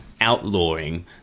outlawing